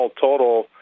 total